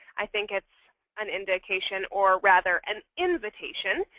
i think it's an indication, or rather an invitation,